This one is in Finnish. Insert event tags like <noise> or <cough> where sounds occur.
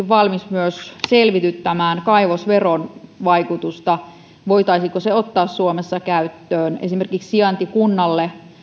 <unintelligible> valmis selvityttämään kaivosveron vaikutusta ja sitä voitaisiinko se ottaa suomessa käyttöön esimerkiksi sijaintikunnalle